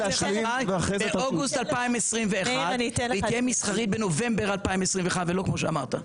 באוגוסט 2021 היא תהיה מסחרית בנובמבר 2021 ולא כמו שאמרת.